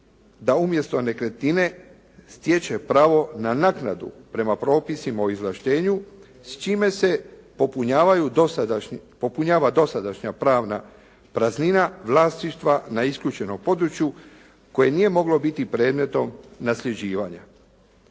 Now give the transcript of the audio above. da umjesto nekretnine stječe pravo na naknadu prema propisima o izvlaštenju s čime se popunjava dosadašnja pravna praznina vlasništva na isključenom području koje nije moglo biti predmetom nasljeđivanja.